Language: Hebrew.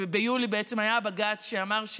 ביולי בעצם היה בג"ץ שאמר,